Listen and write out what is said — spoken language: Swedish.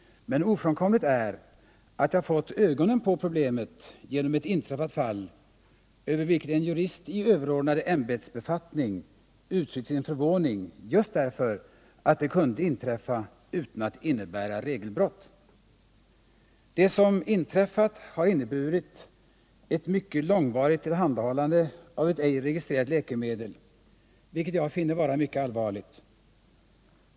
Men ofrånkomligt är att jag fått ögonen på problemet genom ett inträffat fall, över vilket en jurist i överordnad ämbetsbefattning uttryckt sin förvåning, just därför att det fallet kunde inträffa utan att innebära regelbrott. Det inträffade är ett mycket långvarigt tillhandahållande av ett ej registrerat läkemedel, något som jag finner vara mycket allvarligt.